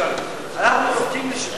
אנחנו רוצים לשמור על זה,